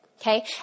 okay